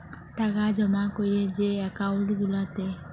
টাকা জমা ক্যরে যে একাউল্ট গুলাতে